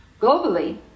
Globally